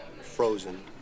frozen